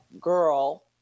girl